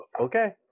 okay